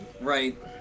right